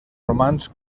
romans